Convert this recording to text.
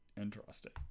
interesting